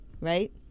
Right